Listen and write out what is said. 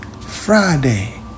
Friday